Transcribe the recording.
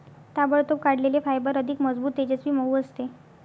ताबडतोब काढलेले फायबर अधिक मजबूत, तेजस्वी, मऊ असते